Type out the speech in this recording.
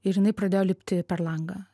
ir jinai pradėjo lipti per langą